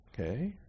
okay